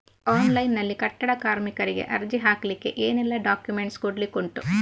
Online ನಲ್ಲಿ ಕಟ್ಟಡ ಕಾರ್ಮಿಕರಿಗೆ ಅರ್ಜಿ ಹಾಕ್ಲಿಕ್ಕೆ ಏನೆಲ್ಲಾ ಡಾಕ್ಯುಮೆಂಟ್ಸ್ ಕೊಡ್ಲಿಕುಂಟು?